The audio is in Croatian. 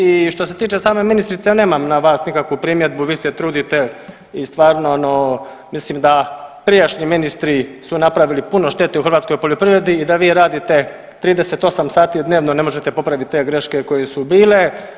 I što se tiče same ministrice nemam na vas nikakvu primjedbu, vi se trudite i stvarno ono mislim da prijašnji ministri su napravili puno štete u hrvatskoj poljoprivredi i da vi radite 38 sati dnevno ne možete popraviti te graške koje su bile.